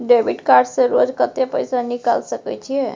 Debit card से रोज कत्ते पैसा निकाल सके छिये?